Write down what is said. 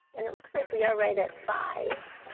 and it looks like we are right at five